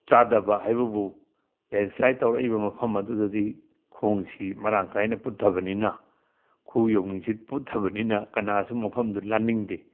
ꯆꯥꯗꯕ ꯍꯥꯏꯕꯕꯨ ꯂꯦꯟꯁꯂꯥꯏꯠ ꯇꯧꯔꯛꯏꯕ ꯃꯐꯝ ꯑꯗꯨꯗꯗꯤ ꯈꯣꯡꯁꯤ ꯃꯔꯥꯡ ꯀꯥꯏꯅ ꯄꯨꯠꯊꯕꯅꯤꯅ ꯈꯨ ꯌꯧꯅꯤꯡꯆꯤꯠ ꯄꯨꯊꯕꯅꯤꯅ ꯃꯅꯥꯁꯨ ꯃꯐꯝꯗꯨ ꯂꯥꯟꯅꯤꯡꯗꯦ